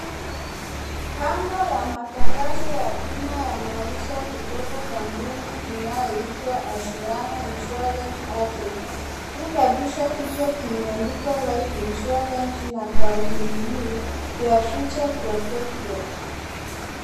Bango la matangazo ya bima ya maisha kutoka kampuni inayoitwa Anziano Insurance Agency , juu kabisa kichwa kimeandikwa Life Insurance na kauli mbiu Your Future Protected.